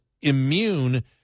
immune